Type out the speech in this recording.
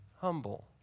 humble